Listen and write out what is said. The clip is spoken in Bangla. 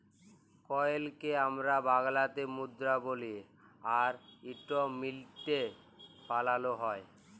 কইলকে আমরা বাংলাতে মুদরা বলি আর ইট মিলটে এ বালালো হয়